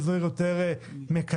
איזו עיר יותר מקיימת.